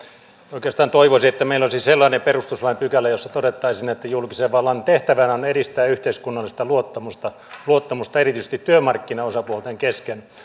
oikeastaan toivoisi että meillä olisi sellainen perustuslain pykälä jossa todettaisiin että julkisen vallan tehtävänä on edistää yhteiskunnallista luottamusta luottamusta erityisesti työmarkkinaosapuolten kesken